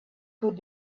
could